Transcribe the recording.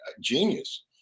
genius